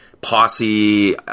posse